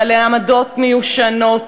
בעלי עמדות מיושנות,